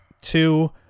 two